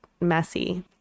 messy